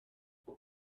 kann